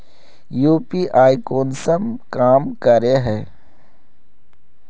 UPI कुंसम काम करे है?